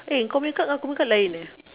eh kau punya kad ngan aku punya kad lain eh